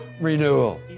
renewal